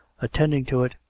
attending to it,